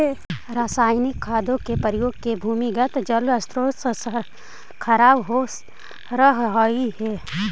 रसायनिक खादों के प्रयोग से भूमिगत जल स्रोत खराब हो रहलइ हे